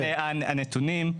הנתונים,